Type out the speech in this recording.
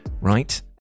right